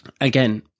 again